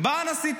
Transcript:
בא הנשיא טראמפ,